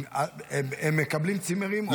הם מקבלים צימרים?